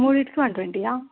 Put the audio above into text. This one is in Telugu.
మూడింటికి వన్ ట్వంటీయా